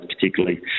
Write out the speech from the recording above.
particularly